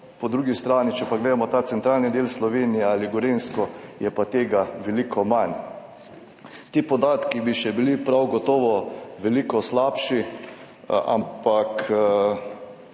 Po drugi strani, če pa gledamo ta centralni del Slovenije ali Gorenjsko, je pa tega veliko manj. Ti podatki bi bili prav gotovo še veliko slabši, ampak